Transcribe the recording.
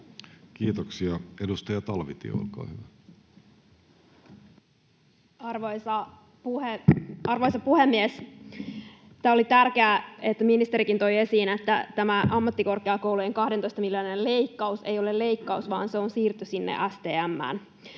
Kiitoksia. — Edustaja Talvitie, olkaa hyvä. Arvoisa puhemies! Oli tärkeää, että ministerikin toi esiin, että tämä ammattikorkeakoulujen 12 miljoonan leikkaus ei ole leikkaus vaan se on siirto sinne STM:ään.